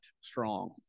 strong